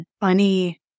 funny